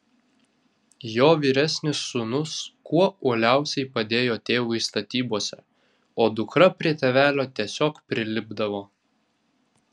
jo vyresnis sūnus kuo uoliausiai padėjo tėvui statybose o dukra prie tėvelio tiesiog prilipdavo